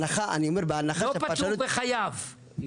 לא פטור בחייו.